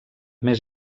més